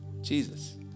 Jesus